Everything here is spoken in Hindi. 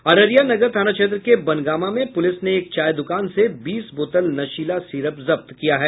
अररिया नगर थाना क्षेत्र के बनगामा में पुलिस ने एक चाय दुकान से बीस बोतल नशीला सिरप जब्त किया है